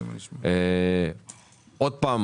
הצבתם